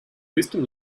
wisdom